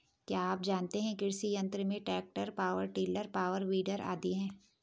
क्या आप जानते है कृषि यंत्र में tractor, power tiller, power weeder आदि है?